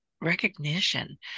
recognition